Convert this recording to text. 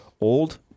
old